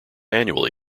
annually